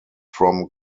from